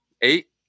Eight